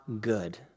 good